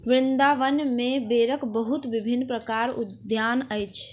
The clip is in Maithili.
वृन्दावन में बेरक बहुत विभिन्न प्रकारक उद्यान अछि